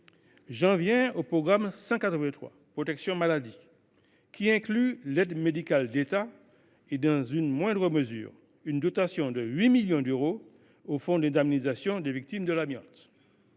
J’en viens au programme 183 « Protection maladie », qui inclut l’aide médicale de l’État et, dans une moindre mesure, une dotation de 8 millions d’euros au fonds d’indemnisation des victimes de l’amiante.